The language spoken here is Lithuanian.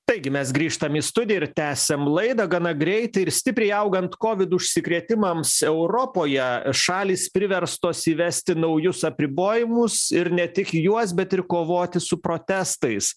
taigi mes grįžtam į studiją ir tęsiam laidą gana greitai ir stipriai augant kovidu užsikrėtimams europoje šalys priverstos įvesti naujus apribojimus ir ne tik juos bet ir kovoti su protestais